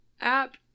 app